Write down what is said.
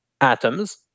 atoms